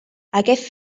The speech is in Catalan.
aquest